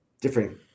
different